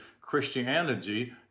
Christianity